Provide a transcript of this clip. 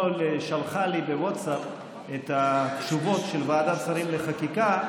שלחה לי אתמול בווטסאפ את התשובות של ועדת שרים לחקיקה.